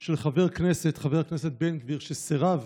של חבר כנסת, חבר הכנסת בן גביר, שסירב